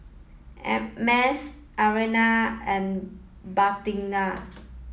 and Mas Aina and Batrisya